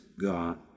God